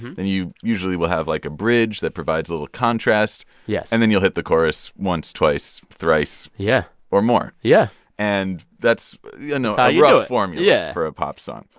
then you usually will have, like, a bridge that provides a little contrast yes and then you'll hit the chorus once, twice, thrice. yeah. or more yeah and that's, you know you know yeah. for a pop song.